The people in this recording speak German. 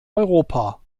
europa